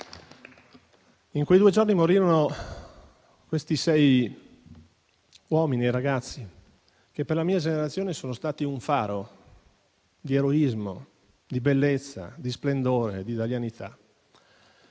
In quei due giorni morirono questi sei uomini e ragazzi che, per la mia generazione, sono stati un faro di eroismo, di bellezza, di splendore, di italianità.